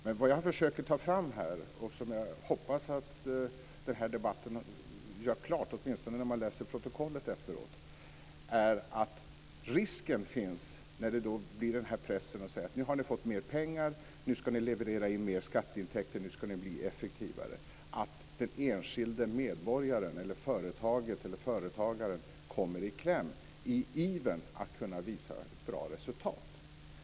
Men det jag försöker ta fram och som jag hoppas att den här debatten gör klart, åtminstone när vi läser protokollet efteråt, är att risken finns att den enskilde medborgaren, företaget eller företagaren kommer i kläm på grund av den press som uppstår när man säger att nu har ni fått mer pengar, nu ska ni leverera in mer skatteintäkter, nu ska ni bli effektivare. Det kan ske i ivern att kunna visa ett bra resultat.